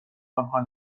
آنها